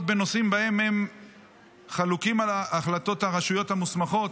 בנושאים שבהם הם חלוקים על החלטות הרשויות המוסמכות.